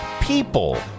people